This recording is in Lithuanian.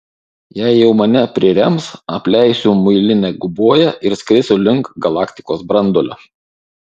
jei jau mane prirems apleisiu muilinę guboją ir skrisiu link galaktikos branduolio